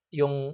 yung